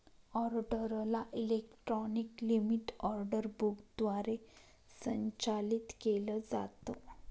ऑर्डरला electronic limit order book द्वारे संचालित केलं जातं